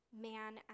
man